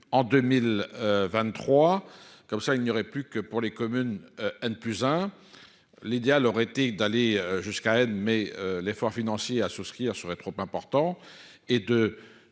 en 2023, comme ça il n'y aurait plus que pour les communes, un de plus, hein, l'idéal aurait été d'aller jusqu'à Rennes mais l'effort financier à souscrire serait trop important et de